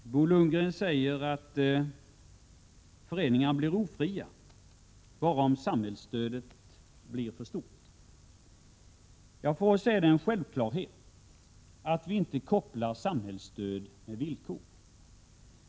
Herr talman! Bo Lundgren säger att föreningarna blir ofria bara om 24 maj 1988 samhällsstödet blir för stort. Jag vill framhålla att vi givetvis inte kopplar villkor till samhällsstödet.